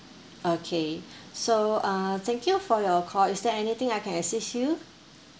okay so uh thank you for your call is there anything I can assist you